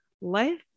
life